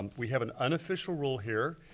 we have an unofficial rule here,